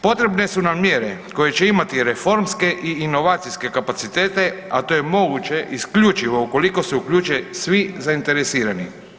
Potrebne su nam mjere koje će imati reformske i inovacijske kapacitete a to je moguće isključivo ukoliko se uključe svi zainteresirani.